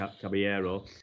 Caballero